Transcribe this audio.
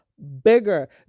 bigger